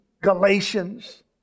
Galatians